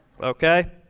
Okay